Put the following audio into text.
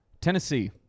Tennessee